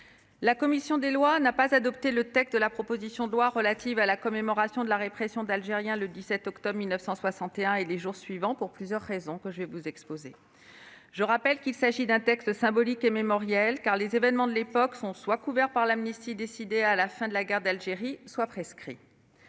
la commission des lois n'a pas adopté le texte de la proposition de loi relative à la commémoration de la répression d'Algériens le 17 octobre 1961 et les jours suivants à Paris, et ce pour plusieurs raisons. Je rappelle qu'il s'agit d'un texte symbolique et mémoriel, car les événements de l'époque sont soit couverts par l'amnistie décidée à la fin de la guerre d'Algérie, soit prescrits.